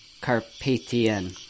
Carpathian